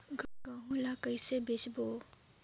गहूं ला कइसे बेचबो?